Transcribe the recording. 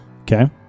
Okay